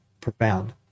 profound